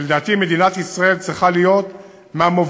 לדעתי מדינת ישראל צריכה להיות מהמובילות